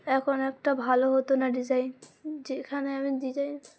এখন একটা ভালো হতো না ডিজাইন যেখানে আমি ডিজাইন